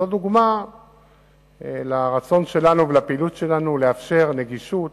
זו דוגמה לרצון שלנו ולפעילות שלנו לאפשר נגישות